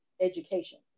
education